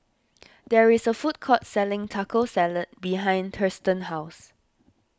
there is a food court selling Taco Salad behind Thurston's house